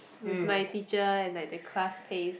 with my teacher and like the class pace